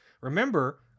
remember